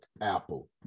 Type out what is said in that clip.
Apple